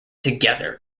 together